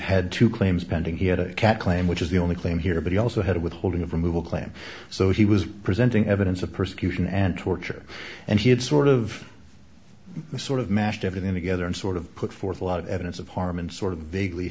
had two claims pending he had a cat claim which is the only claim here but he also had a withholding of removal claim so he was presenting evidence of persecution and torture and he had sort of sort of mashed everything together and sort of put forth a lot of evidence of harm and sort of vaguely